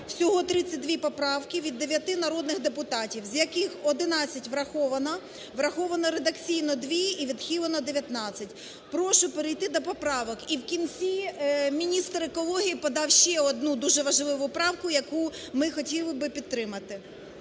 всього 32 поправки від 9 народних депутатів, з яких 11 враховано, враховано редакційно 2 і відхилено 19. Прошу перейти до поправок. І в кінці міністр екології подав ще одну дуже важливу правку, яку ми хотіли би підтримати.